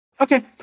Okay